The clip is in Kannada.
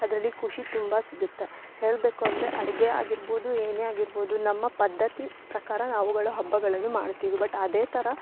ಅದರಲ್ಲಿ ಖುಷಿ ತುಂಬ ಸಿಗುತ್ತೆ ಹೇಳಬೇಕು ಅಂದರೆ ಅಡುಗೆ ಆಗಿರ್ಬೌದು ಏನೇ ಆಗಿರ್ಬೋದು ನಮ್ಮ ಪದ್ಧತಿ ಪ್ರಕಾರ ನಾವುಗಳು ಹಬ್ಬಗಳನ್ನು ಮಾಡ್ತೀವಿ ಬಟ್ ಅದೇ ಥರ